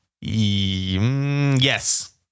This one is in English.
Yes